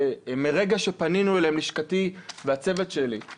שמרגע שלשכתי והצוות שלי פנו אליו,